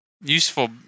useful